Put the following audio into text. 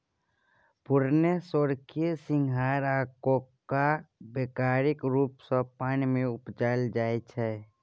पुरैण, सोरखी, सिंघारि आ कोका बेपारिक रुप सँ पानि मे उपजाएल जाइ छै